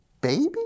baby